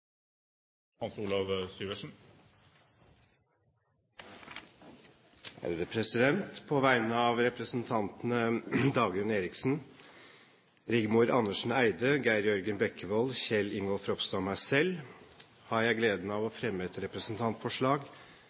Hans Olav Syversen vil framsette et representantforslag. På vegne av representantene Dagrun Eriksen, Rigmor Andersen Eide, Geir Jørgen Bekkevold, Kjell Ingolf Ropstad og meg selv har jeg gleden av å fremme et representantforslag